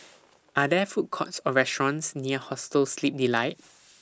Are There Food Courts Or restaurants near Hostel Sleep Delight